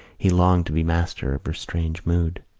he longed to be master of her strange mood.